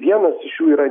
vienas iš jų yra